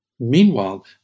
Meanwhile